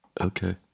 Okay